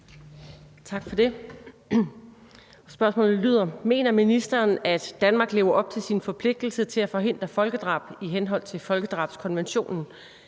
Mener ministeren, at Danmark lever op til sin forpligtelse til at forhindre folkedrab i henhold til folkedrabskonventionen,